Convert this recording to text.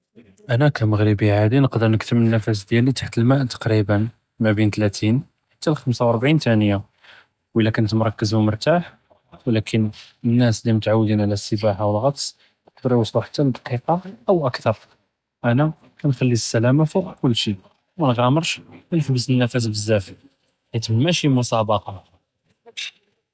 אנא כמגרבי עאדי נקדר נכתם אלנפס דיאלי תחת אלמא תקريبا، מא בין תלאתין חתה ל־חמסה וא רבעין תניא، ואלא كنت מרכז ו מרתאח، ולכין אלנאס אללי מתעודין עלא אלסباحה ו אלע'טס יקדרו יוסלו חתה לדקיקא אוא אכתר، אנא כנח'לי אלסלאמא פוק כלשי، מנע'אמראש ו נחבס אלנפס בזאף، חית מאשי מוסאבקה.